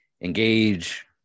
engage